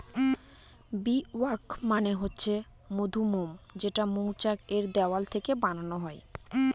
bee wax মানে হচ্ছে মধুমোম যেটা মৌচাক এর দেওয়াল থেকে বানানো হয়